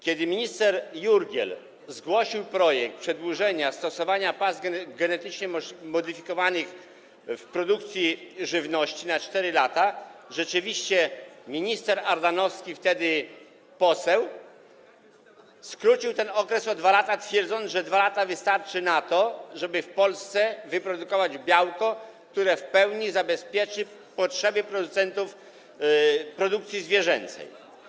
Kiedy minister Jurgiel zgłosił projekt przedłużenia czasu stosowania pasz genetycznie modyfikowanych w produkcji żywności o 4 lata, rzeczywiście minister Ardanowski, wtedy poseł, skrócił ten okres o 2 lata, twierdząc, że 2 lata wystarczy na to, żeby w Polsce wyprodukować białko, które w pełni zabezpieczy potrzeby producentów produkcji zwierzęcej.